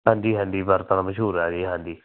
ਹਾਂਜੀ ਹਾਂਜੀ ਵਰਤਾਂ ਦਾ ਮਸ਼ਹੂਰ ਹੈ ਜੀ ਹਾਂਜੀ